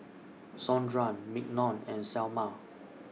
Sondra Mignon and Selma